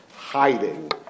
hiding